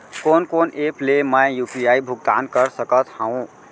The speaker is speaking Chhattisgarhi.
कोन कोन एप ले मैं यू.पी.आई भुगतान कर सकत हओं?